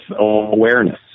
awareness